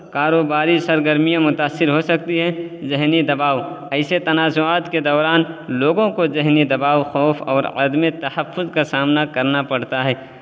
کاروباری سرگرمیاں متأثر ہو سکتی ہیں ذہنی دباؤ ایسے تنازعات کے دوران لوگوں کو ذہنی دباؤ خوف اور عدمِ تحفظ کا سامنا کرنا پڑتا ہے